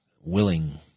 willing